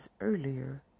earlier